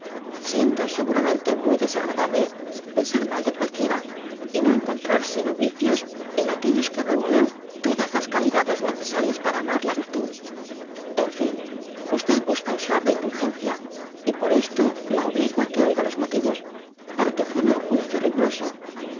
siendo seguramente muy desagradable pensar mal de cualquiera y no encontrar sino vicios en aquellos que reunen todas la calidades necesarias para amar la virtud en fin gusta usar de indulgencia y por esto la obligo á que oiga los motivos para que forme un juicio riguroso